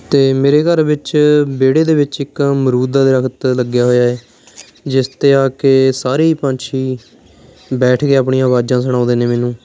ਅਤੇ ਮੇਰੇ ਘਰ ਵਿੱਚ ਵਿਹੜੇ ਦੇ ਵਿੱਚ ਇੱਕ ਅਮਰੂਦ ਦਾ ਦਰੱਖਤ ਲੱਗਿਆ ਹੋਇਆ ਹੈ ਜਿਸ 'ਤੇ ਆ ਕੇ ਸਾਰੇ ਹੀ ਪੰਛੀ ਬੈਠ ਕੇ ਆਪਣੀ ਆਵਾਜ਼ਾਂ ਸੁਣਾਉਂਦੇ ਨੇ ਮੈਨੂੰ